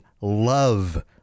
love